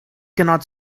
cannot